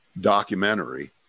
documentary